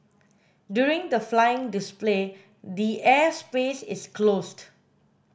during the flying display the air space is closed